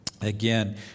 again